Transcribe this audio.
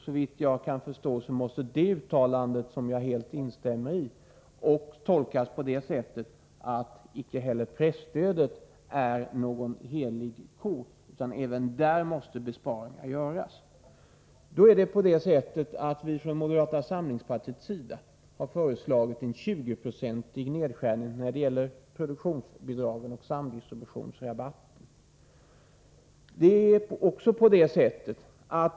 Såvitt jag kan förstå måste det uttalandet, som jag helt instämmer i, tolkas på det sättet att icke heller presstödet är någon helig ko, utan även där måste besparingar göras. Vi har från moderata samlingspartiets sida föreslagit en 20-procentig nedskärning när det gäller produktionsbidragen och samdistributionsrabatten.